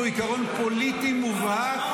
והוא עיקרון פוליטי מובהק,